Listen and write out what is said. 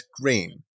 green